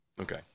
okay